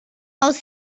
els